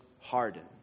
hardened